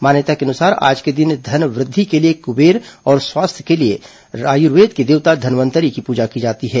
मान्यता के अनुसार आज के दिन धन वृद्धि के लिए कुंबेर और स्वस्थ रहने के लिए आयुर्वेद के देवता धनवंतरी की पूजा की जाती है